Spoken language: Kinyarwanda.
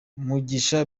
mugisha